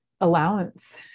allowance